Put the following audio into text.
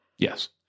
Yes